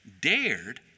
dared